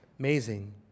Amazing